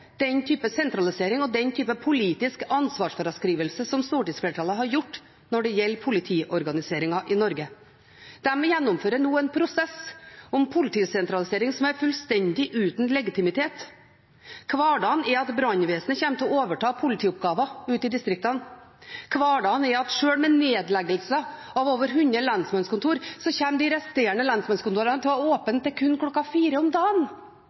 den type sentralisering og den type politisk ansvarsfraskrivelse som stortingsflertallet har gjort når det gjelder politiorganiseringen i Norge. De gjennomfører nå en prosess om politisentralisering som er fullstendig uten legitimitet. Hverdagen er at brannvesenet kommer til å overta politioppgaver ute i distriktene. Hverdagen er at selv med nedleggelse av over 100 lensmannskontor, kommer de resterende lensmannskontorene til å ha åpent til kun klokka 16 om dagen.